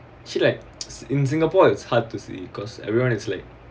actually like in singapore it's hard to say cause everyone it's like